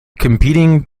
competing